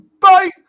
Bye